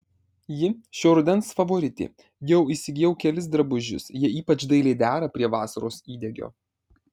ji šio rudens favoritė jau įsigijau kelis drabužius jie ypač dailiai dera prie vasaros įdegio